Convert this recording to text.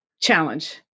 challenge